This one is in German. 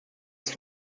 ist